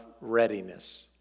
readiness